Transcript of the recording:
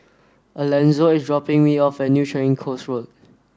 Alanzo is dropping me off at New Changi Coast Road